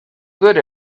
good